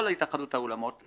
כל התאחדות האולמות,